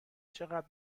چقدر